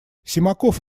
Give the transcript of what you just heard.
симаков